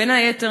בין היתר,